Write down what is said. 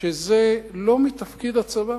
שזה לא מתפקיד הצבא.